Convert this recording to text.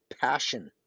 passion